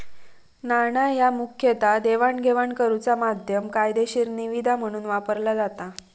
नाणा ह्या मुखतः देवाणघेवाण करुचा माध्यम, कायदेशीर निविदा म्हणून वापरला जाता